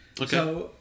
Okay